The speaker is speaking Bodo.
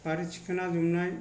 बारि थिखंना दुमनाय